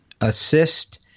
assist